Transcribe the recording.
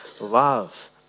love